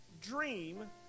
dream